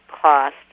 cost